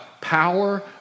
Power